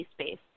space